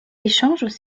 échanges